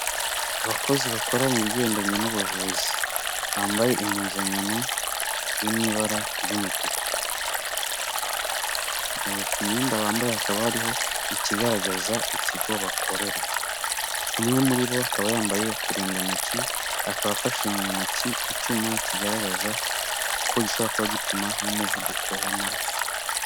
Abakozi bakora mu bigendanye n'ubuvuzi, bambaye impuzankano iri mu ibara ry'umutuku, ku myenda bambaye hakaba hariho ikigaragaza ikigo bakorera, umwe muri bo akaba yambaye uturindantoki, akaba afashe mu ntoki icyuma kigaragaza ko gishobora kuba gipima nk'umuvuduko w'amaraso.